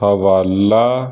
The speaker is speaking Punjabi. ਹਵਾਲਾ